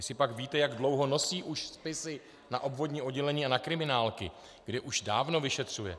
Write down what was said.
Jestlipak víte, jak dlouho už nosí spisy na obvodní oddělení a na kriminálky, kde už dávno vyšetřuje?